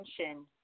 attention